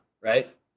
right